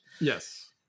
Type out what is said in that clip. yes